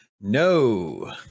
No